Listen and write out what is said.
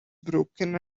broken